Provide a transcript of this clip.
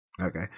okay